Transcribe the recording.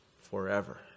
forever